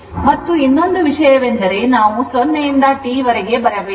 ಮತ್ತು ಇನ್ನೊಂದು ವಿಷಯವೆಂದರೆ ನಾವು 0 ರಿಂದ T ಗೆ ಬರಬೇಕು